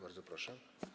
Bardzo proszę.